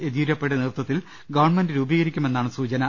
യെഡ്യൂരപ്പയുടെ നേതൃത്വത്തിൽ ഗവൺമെന്റ് രൂപീകരിക്കുമെന്നാണ് സൂചന